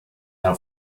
now